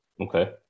okay